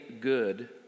good